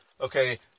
okay